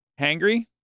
hangry